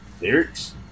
lyrics